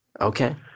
Okay